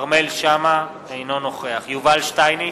אינו נוכח יובל שטייניץ,